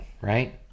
right